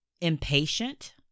impatient